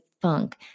funk